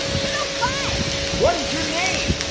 you're no fun. what is your name?